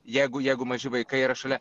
jeigu jeigu maži vaikai yra šalia